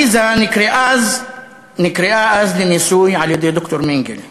עליזה נקראה אז לניסוי על-ידי ד"ר מנגלה.